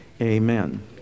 amen